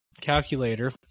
calculator